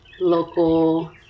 local